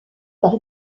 par